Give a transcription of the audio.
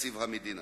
מתקציב המדינה.